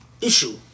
issue